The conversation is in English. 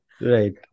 Right